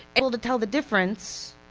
able to tell the difference,